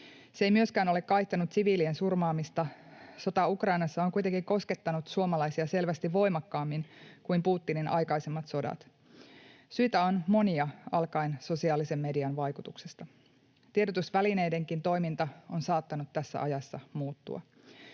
Se ei myöskään ole kaihtanut siviilien surmaamista. Sota Ukrainassa on kuitenkin koskettanut suomalaisia selvästi voimakkaammin kuin Putinin aikaisemmat sodat. Syitä on monia alkaen sosiaalisen median vaikutuksesta. Tiedotusvälineidenkin toiminta on saattanut tässä ajassa muuttua.